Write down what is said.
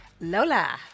Lola